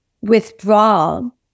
withdrawal